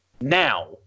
now